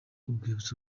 urwibutso